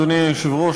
אדוני היושב-ראש,